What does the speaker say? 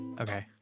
okay